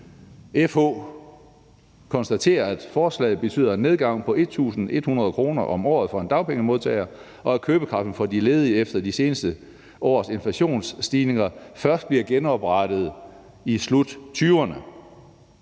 FH konstaterer, at forslaget betyder en nedgang på 1.100 kr. om året for en dagpengemodtager, og at købekraften for de ledige efter de seneste års inflationsstigninger først blev genoprettet i slut 2020'erne.